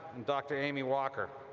dr. aimee walker